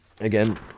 Again